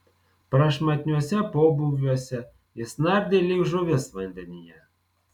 prašmatniuose pobūviuose jis nardė lyg žuvis vandenyje